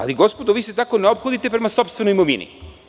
Ali, gospodo vi se tako ne ophodite prema sopstvenoj imovini?